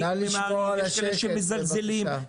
יש כאלה שמזלזלים,